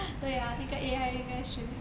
对啊那个 A_I 应该学